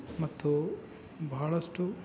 ಮತ್ತು ಬಹಳಷ್ಟು